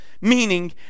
meaning